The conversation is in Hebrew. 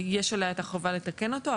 יש עליה חובה לתקן אותו,